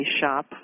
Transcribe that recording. shop